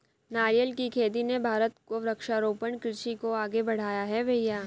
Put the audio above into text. नारियल की खेती ने भारत को वृक्षारोपण कृषि को आगे बढ़ाया है भईया